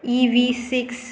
E V six